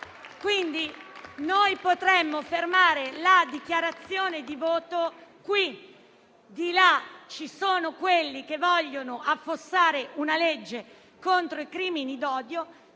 Quindi noi potremmo fermare la dichiarazione di voto qui. Da una parte ci sono coloro che vogliono affossare una legge contro i crimini d'odio;